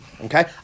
okay